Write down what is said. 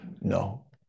No